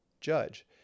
Judge